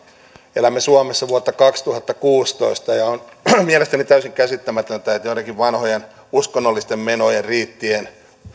elämme suomessa vuotta kaksituhattakuusitoista ja on mielestäni täysin käsittämätöntä että joidenkin vanhojen uskonnollisten menojen riittien tai